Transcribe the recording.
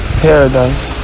paradise